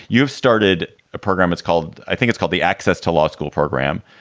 you've started a program. it's called i think it's called the access to law school program.